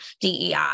DEI